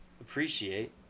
appreciate